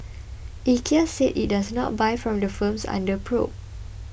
IKEA said it does not buy from the firms under probe